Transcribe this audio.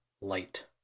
light